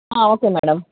okay madam